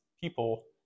people